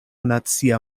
nacia